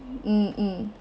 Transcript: mm mm